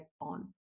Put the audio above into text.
on